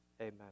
Amen